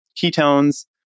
ketones